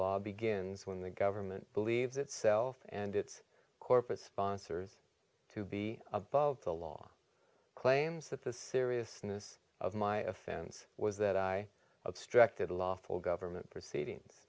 law begins when the government believes itself and its corporate sponsors to be above the law claims that the seriousness of my offense was that i obstructed lawful government proceedings